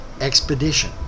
expedition